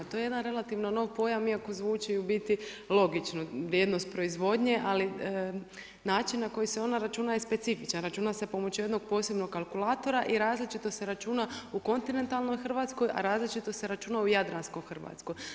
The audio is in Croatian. To je jedan relativno nov pojam iako zvuči i u biti logično vrijednost proizvodnje, ali način na koji se ona računa je specifična, računa se pomoću jednog posebnog kalkulatora i različito se računa u kontinentalnoj Hrvatskoj, a različito se računa u jadranskoj Hrvatskoj.